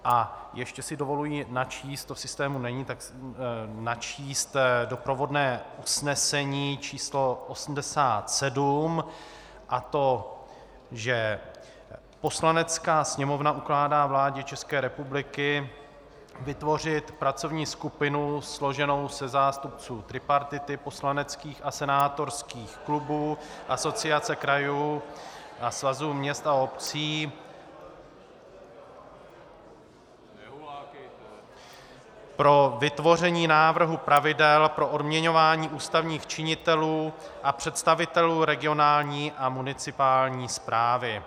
A ještě si dovoluji načíst to v systému není doprovodné usnesení číslo 87, a to že Poslanecká sněmovna ukládá vládě České republiky vytvořit pracovní skupinu složenou ze zástupců tripartity, poslaneckých a senátorských klubů , Asociace krajů a Svazu měst a obcí pro vytvoření návrhu pravidel pro odměňování ústavních činitelů a představitelů regionální a municipální správy.